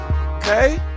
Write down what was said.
Okay